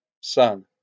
Son